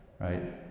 right